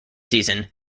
season